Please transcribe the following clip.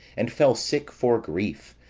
and fell sick for grief,